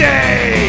Day